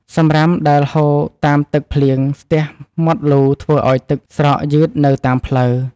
សម្រាមដែលហូរតាមទឹកភ្លៀងស្ទះមាត់លូធ្វើឱ្យទឹកស្រកយឺតនៅតាមផ្លូវ។